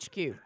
HQ